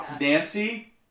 Nancy